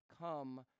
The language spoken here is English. come